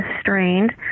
strained